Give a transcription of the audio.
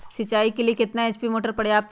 सिंचाई के लिए कितना एच.पी मोटर पर्याप्त है?